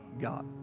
God